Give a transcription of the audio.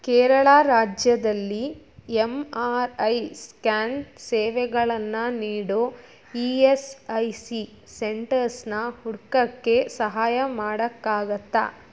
ಕೇರಳ ರಾಜ್ಯದಲ್ಲಿ M R I scan ಸೇವೆಗಳನ್ನು ನೀಡೋ ಇ ಎಸ್ ಐ ಸಿ ಸೆಂಟರ್ಸನ್ನ ಹುಡ್ಕೋಕ್ಕೆ ಸಹಾಯ ಮಾಡೋಕ್ಕಾಗತ್ತಾ